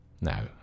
Now